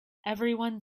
everyone